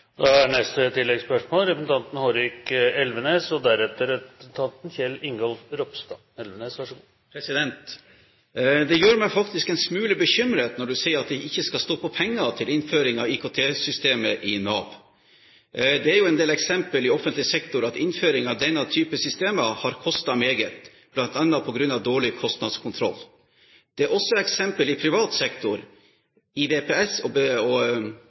Hårek Elvenes – til oppfølgingsspørsmål. Det gjør meg en smule bekymret når statsråden sier at det ikke skal stå på penger til innføring av IKT-systemet i Nav. Det er en del eksempler i offentlig sektor på at innføring av denne typen systemer har kostet meget, bl.a. på grunn av dårlig kostnadskontroll. Det er også eksempler i privat sektor, i VPS og